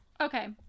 Okay